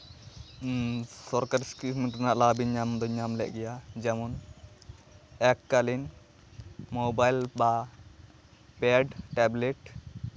ᱥᱚᱨᱠᱟᱨᱤ ᱥᱠᱤᱞ ᱨᱮᱭᱟᱜ ᱞᱟᱵᱷ ᱤᱧ ᱧᱟᱢ ᱫᱚᱧ ᱧᱟᱢ ᱞᱮᱜ ᱜᱮᱭᱟ ᱡᱮᱢᱚᱱ ᱮᱠ ᱠᱟᱞᱤᱱ ᱢᱳᱵᱟᱭᱤᱞ ᱵᱟ ᱯᱮᱰ ᱴᱮᱵᱽᱞᱮᱴ